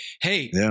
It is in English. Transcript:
hey